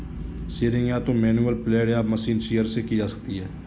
shearing या तो manual blade या मशीन शीयर से की जा सकती है